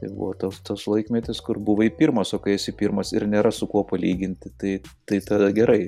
tai buvo toks toks laikmetis kur buvai pirmas o kai esi pirmas ir nėra su kuo palyginti tai tai tada gerai